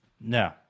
No